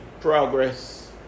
progress